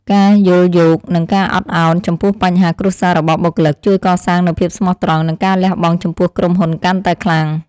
ការយល់យោគនិងការអត់ឱនចំពោះបញ្ហាគ្រួសាររបស់បុគ្គលិក ជួយកសាងនូវភាពស្មោះត្រង់និងការលះបង់ចំពោះក្រុមហ៊ុនកាន់តែខ្លាំង។